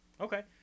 Okay